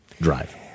drive